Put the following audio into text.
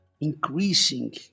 increasing